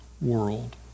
world